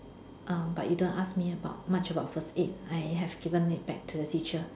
um but you don't ask me about much about first aid I have given it back to the teacher